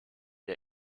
der